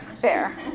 fair